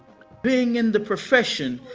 being in the profession,